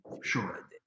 Sure